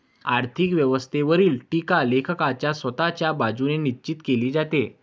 आर्थिक व्यवस्थेवरील टीका लेखकाच्या स्वतःच्या बाजूने निश्चित केली जाते